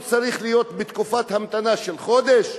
הוא צריך להיות בתקופת המתנה של חודש,